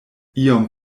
iom